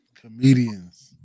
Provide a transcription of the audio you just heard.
Comedians